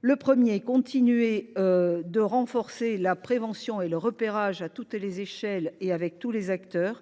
Le premier est de continuer à renforcer la prévention et le repérage à tous les échelons et avec tous les acteurs.